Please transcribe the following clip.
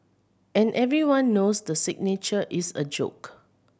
and everyone knows the signature is a joke